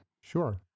Sure